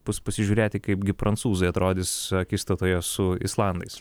bus pasižiūrėti kaipgi prancūzai atrodys akistatoje su islandais